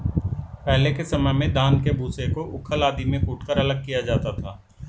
पहले के समय में धान के भूसे को ऊखल आदि में कूटकर अलग किया जाता था